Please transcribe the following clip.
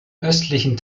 östlichen